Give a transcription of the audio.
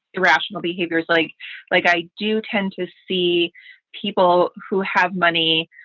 irrational behaviors. like like i do tend to see people who have money.